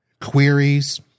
queries